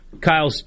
Kyle